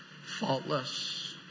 faultless